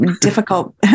difficult